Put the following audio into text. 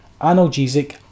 analgesic